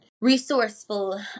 resourceful